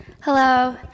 Hello